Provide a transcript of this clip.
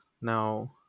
Now